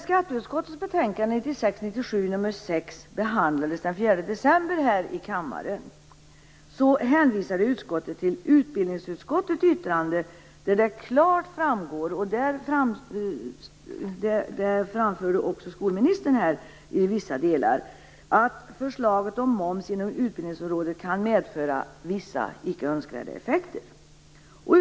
behandlades den 4 december 1996 här i kammaren hänvisade utskottet till utbildningsutskottets yttrande, där det klart framgår att förslaget om moms inom utbildningsområdet kan medföra vissa icke önskvärda effekter. Detta framförde också skolministern här i vissa delar.